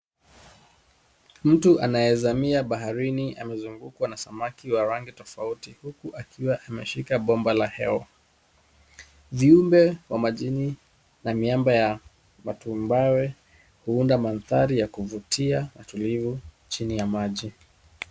Mtu anayezamia baharini amezungukwa na samaki wa rangi tofauti huku ameshika bomba la hewa. Viumbe vya majini na miamba ya tumbare huunda mandhari ya kuvutia na tulivu chini ya maji.